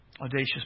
audacious